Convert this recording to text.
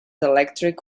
electric